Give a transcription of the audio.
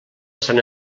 sant